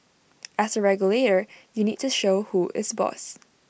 as A regulator you need to show who is boss